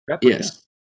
yes